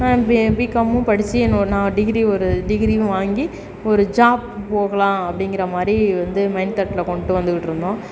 B பிகாமும் படித்து என்னோட நான் டிகிரி ஒரு டிகிரியும் வாங்கி ஒரு ஜாப் போகலாம் அப்படிங்கிற மாதிரி வந்து மைண்ட் தாட்டில் கொண்டு வந்துக்கிட்டுருந்தோம்